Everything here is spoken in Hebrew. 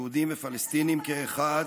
יהודים ופלסטינים כאחד.